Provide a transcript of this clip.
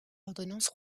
ordonnance